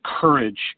courage